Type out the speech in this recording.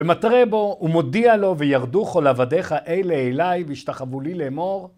ומתרה בו, ומודיע לו, "וירדו כל עבדיך אלה אליי, והשתחוו לי לאמור..."